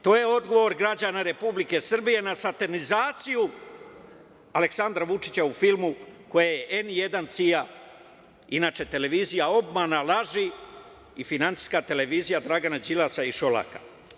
To je odgovor građana Republike Srbije na satanizaciju Aleksandra Vučića u filmu koji je N1 CIA, inače televizija obmana i laži i finansijska televizija Dragana Đilasa i Šolaka.